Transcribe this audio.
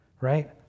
Right